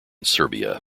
serbia